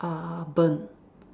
uh burn